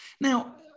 Now